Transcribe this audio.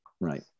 Right